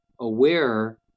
aware